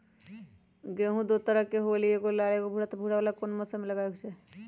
गेंहू दो तरह के होअ ली एगो लाल एगो भूरा त भूरा वाला कौन मौसम मे लगाबे के चाहि?